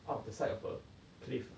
out of the side of a cliff ah